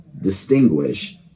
distinguish